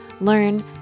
learn